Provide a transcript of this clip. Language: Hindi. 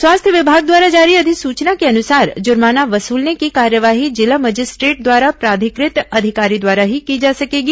स्वास्थ्य विभाग द्वारा जारी अधिसूचना के अनुसार जुर्माना वसूलने की कार्यवाही जिला मजिस्ट्रेट द्वारा प्राधिकृत अधिकारी द्वारा ही की जा सकेगी